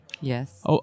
Yes